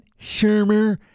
Shermer